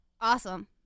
Awesome